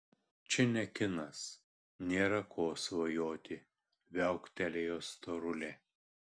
čia ne kinas nėra ko svajoti viauktelėjo storulė